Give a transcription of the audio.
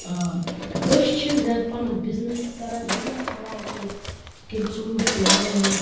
آ أسۍ چھِ زیادٕ پہمتھ بِزنٮ۪س تہِ کران بِزنٮ۪س حوالہٕ چھِ أسۍ یِتھ کَنۍ ژوٗنٹھ